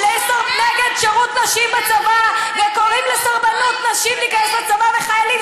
שירות נשים בצבא וקוראים לסרבנות נשים להיכנס לצבא ולחיילים